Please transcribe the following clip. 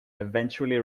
eventually